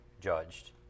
judged